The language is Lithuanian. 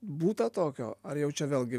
būta tokio ar jau čia vėlgi